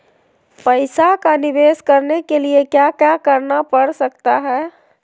पैसा का निवेस करने के लिए क्या क्या करना पड़ सकता है?